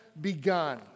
begun